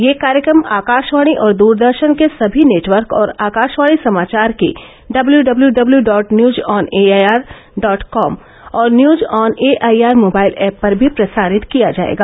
यह कार्यक्रम आकाशवाणी और दूरदर्शन के समी नेटवर्क और आकशवाणी समाचार की W W W dot news on A I R dot com और news on A I R mobile app पर भी प्रसारित किया जाएगा